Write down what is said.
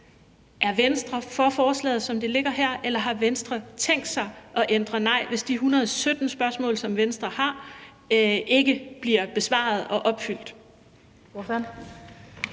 Er Venstre for forslaget, som det ligger her, eller har Venstre tænkt sig at stemme nej, hvis de hundrede sytten spørgsmål, som Venstre har, ikke bliver besvaret og